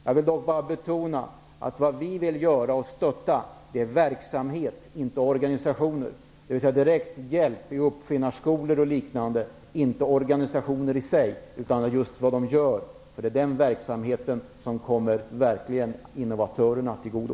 Jag vill emellertid betona att vad vi vill stötta är verksamhet inte organisationer, dvs. direkt hjälp till uppfinnarskolor och liknande, inte organisationer i sig, eftersom det är den verksamheten som verkligen kommer innovatörerna till godo.